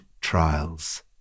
trials